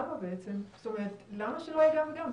למה שלא יהיה גם וגם?